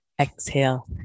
Exhale